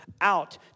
out